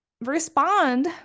respond